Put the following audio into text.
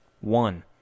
One